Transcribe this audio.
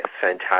fantastic